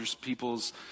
people's